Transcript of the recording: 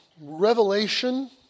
Revelation